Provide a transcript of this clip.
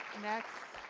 next